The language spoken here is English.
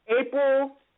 April